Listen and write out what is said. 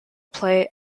play